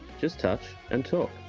just touch and talk.